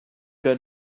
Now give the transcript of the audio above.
que